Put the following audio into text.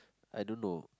I don't know